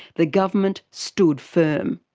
the government stood firm.